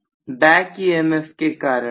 छात्र back emf के कारण